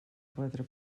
quatre